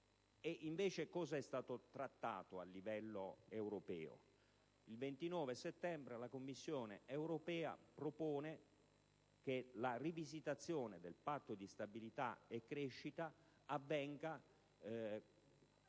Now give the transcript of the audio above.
Che cosa è stato invece trattato a livello europeo? Il 29 settembre la Commissione europea propone che la rivisitazione del Patto di stabilità e crescita avvenga